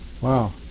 Wow